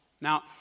now